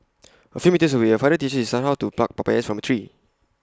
A few metres away A father teaches his son how to pluck papayas from A tree